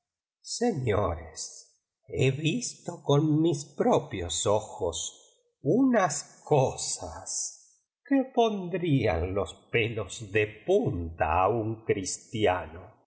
he visto con mis propios ojo unas cosas que pondrían los pelos de punta a un cristiano